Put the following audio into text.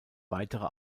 weitere